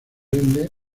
ende